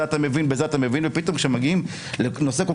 בזה אתה מבין,